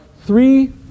three